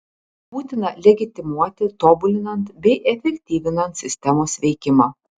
būtina legitimuoti tobulinant bei efektyvinant sistemos veikimą